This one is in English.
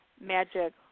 Magic